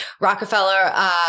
Rockefeller